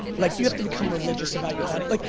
like you have to become religious about your audience.